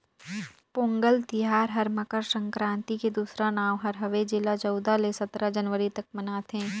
पोगंल तिहार हर मकर संकरांति के दूसरा नांव हर हवे जेला चउदा ले सतरा जनवरी तक मनाथें